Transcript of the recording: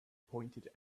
pointed